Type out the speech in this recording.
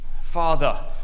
Father